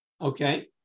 Okay